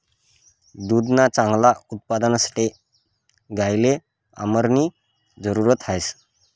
दुधना चांगला उत्पादनसाठे गायले आरामनी जरुरत ह्रास